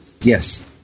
Yes